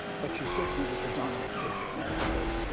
but she certainly was the dominant figure in that debate.